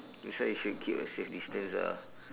that's why you should keep a safe distance ah